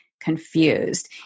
confused